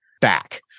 back